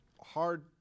hard